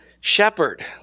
shepherd